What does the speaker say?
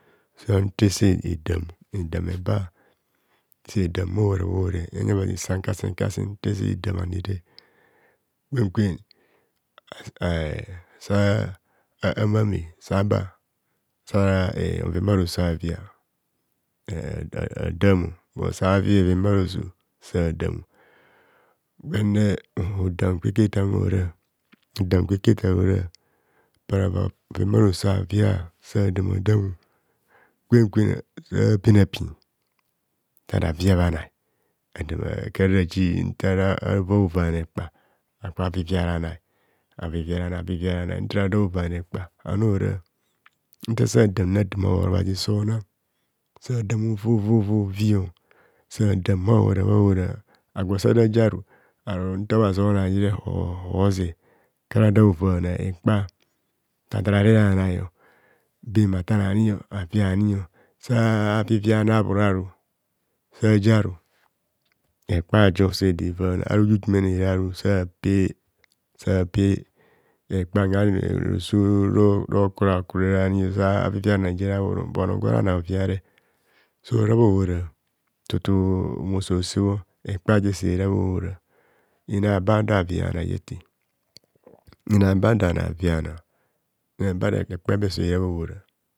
Santese edam edam eba sedam bha hora bha hora enyin obhazi sam kasem kasen nta eze edam ani kwen kwen ehh sa samame sa ba sara bhoven bharose avai e e adamo bur savi bheven bharoso sa dam gwenne hodam kwek tam hora ho dam kweketa ora apara bhoven bharoso avai sa dama dam kwen kwen sapin apin sada via bhanai nta karaji ntara bhovana ekpar agba vivia ranai avai ramai avivia ranai ntara rovana ekpa aniora ntasadamne adam abhoro obhazi soonang sadam ovovovovio sadam bha hora bha hora agwo sa daji ara aro nta obhazi onanne hohoze kara da ovana ekpa adararah ranai bem bhatanani bhaviani saaviviani abhoro aru saji aru ekpajo sede vana ara ijumene eraruo sapee sapee ekpa unhani roso rokura kurere ani ozara avivia ranaijrer abhoroavy nhani ono gwora bhanai hoviaru so ra bha ohora tutu mmo so sebho ekpaje se va bhaohora inai abado avia bhanai efe inai abado bhanai habhaviana ekpa ebe sere bhahora